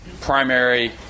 primary